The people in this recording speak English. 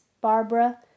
Barbara